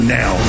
now